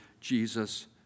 Jesus